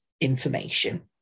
information